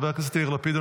חבר הכנסת יאיר לפיד,